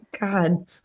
God